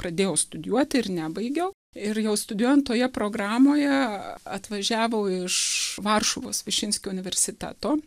pradėjau studijuoti ir nebaigiau ir jau studijuojant toje programoje atvažiavo iš varšuvos višinskio universiteto